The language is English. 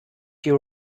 you